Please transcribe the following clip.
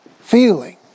Feeling